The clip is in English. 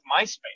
MySpace